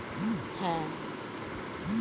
এখনকার সময় আমরা সব ইন্টারনেট থেকে পেমেন্ট করায়